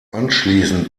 anschließend